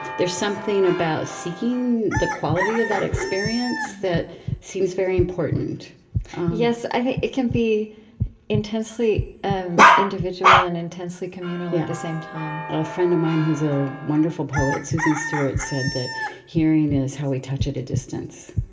there's something about seeking the quality of that experience that seems very important yes, i think it can be intensely individual and intensely communal at the same time yeah. a friend of mine who's a wonderful poet, susan stewart, said that hearing is how we touch at a distance.